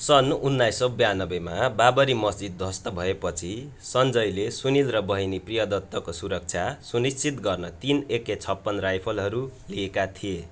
सन् उन्नाइस सौ बयान्नब्बेमा बाबरी मस्जिद ध्वस्त भएपछि सञ्जयले सुनील र बहिनी प्रिया दत्तको सुरक्षा सुनिश्चित गर्न तिन एके छप्पन राइफलहरू लिएका थिए